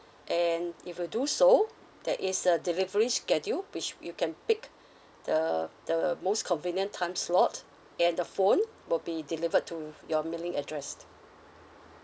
and if you do so there is a delivery schedule which you can pick the the most convenient time slot and the phone will be delivered to your mailing address